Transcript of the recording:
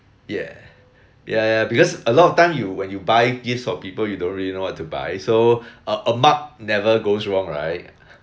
yeah ya ya because a lot of time you when you buy gifts for people you don't really know what to buy so uh a mug never goes wrong right